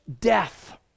death